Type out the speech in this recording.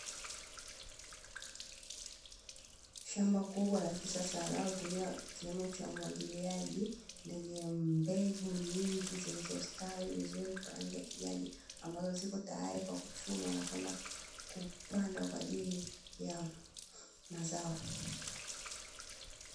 shamba kubwa la kisasa linalotumia kilimo cha umwagiliaji lenye mbegu nyingi zilizostwi vizuri kwa rangi ya kijani ambazo zikotayali kwa kuchumwa na kwenda kupandwa kwaajili ya mazao.